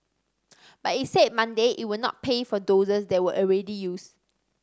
but it said Monday it would not pay for doses that were already used